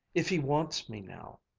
if he wants me now.